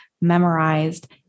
memorized